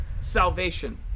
salvation